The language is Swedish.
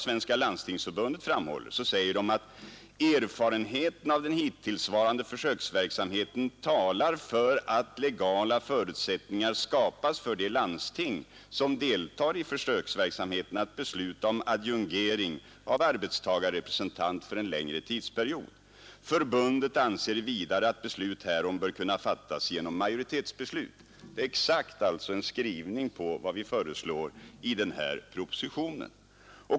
Svenska landstingsförbundet säger att erfarenheten av den hittillsvarande försöksverksamheten talar för att legala förutsättningar skapas för de landsting, som deltar i försöksverksamheten, att besluta om adjungering av arbetstagarrepresentant för en längre tidsperiod. Förbundet anser vidare att beslut härom bör kunna fattas genom majoritetsbeslut. Exakt alltså detsamma som vi föreslår i denna proposition.